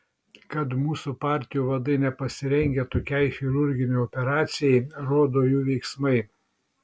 kad mūsų partijų vadai nepasirengę tokiai chirurginei operacijai rodo jų veiksmai